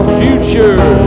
future